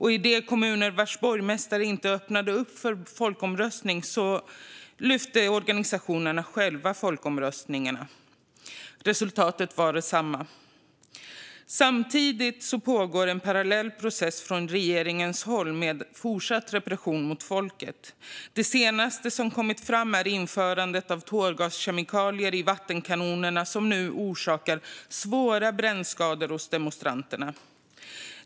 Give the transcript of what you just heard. I de kommuner vars borgmästare inte öppnade för folkomröstning anordnade organisationerna själva folkomröstningarna. Resultatet var detsamma. Samtidigt pågår en parallell process från regeringens håll med fortsatt repression mot folket. Det senaste som kommit fram är införandet av tårgaskemikalier i vattenkanonerna, som nu orsakar svåra brännskador hos demonstranterna.